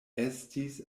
estis